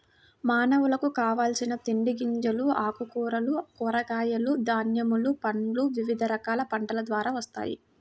మానవులకు కావలసిన తిండి గింజలు, ఆకుకూరలు, కూరగాయలు, ధాన్యములు, పండ్లు వివిధ రకాల పంటల ద్వారా వస్తాయి